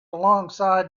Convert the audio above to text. alongside